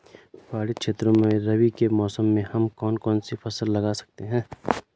पहाड़ी क्षेत्रों में रबी के मौसम में हम कौन कौन सी फसल लगा सकते हैं?